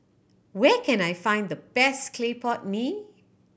where can I find the best clay pot mee